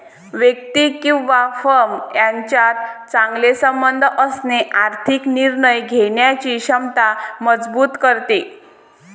व्यक्ती किंवा फर्म यांच्यात चांगले संबंध असणे आर्थिक निर्णय घेण्याची क्षमता मजबूत करते